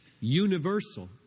universal